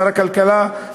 שר הכלכלה,